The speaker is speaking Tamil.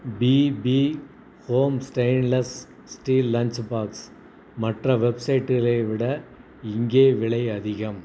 BP home stainless steel lunch box மற்ற வெப்சைட்டுகளை விட இங்கே விலை அதிகம்